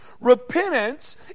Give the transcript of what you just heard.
Repentance